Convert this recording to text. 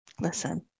Listen